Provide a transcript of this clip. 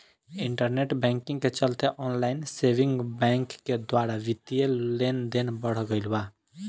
internet banking के चलते online saving bank के द्वारा बित्तीय लेनदेन बढ़ गईल बा